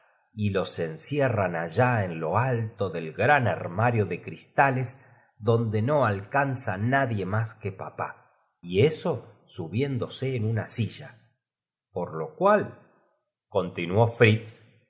y los encierran allá en lo alto del gran armario de cristales donde no alcanza nadio más que papá y eso subiéndose en una silla por lo cual continuó fritz